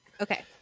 okay